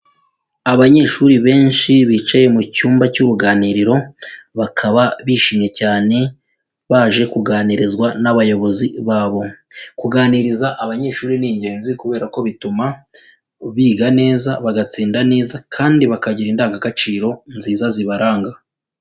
Abanyeshuri benshi bicaye mu cyumba cy'uruganiriro, bakaba bishimye cyane baje kuganirizwa n'abayobozi babo. Kuganiriza abanyeshuri ni ingenzi kubera ko bituma, biga neza bagatsinda neza kandi bakagira indangagaciro nziza zibaranga.